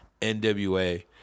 NWA